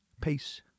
Peace